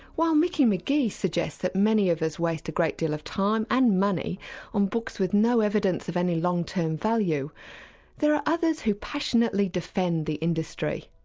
while micki mcgee suggests that many of us waste a great deal of time and money on books with no evidence of any long-term value there are others who passionately defend the industry.